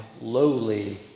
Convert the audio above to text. lowly